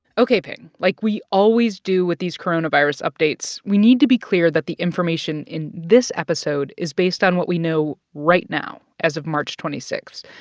ok, pien, like we always do with these coronavirus updates, we need to be clear that the information in this episode is based on what we know right now as of march twenty six.